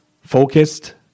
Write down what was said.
focused